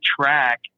track